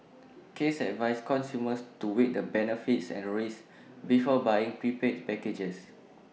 case advised consumers to weigh the benefits and risks before buying prepaid packages